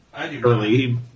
early